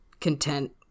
content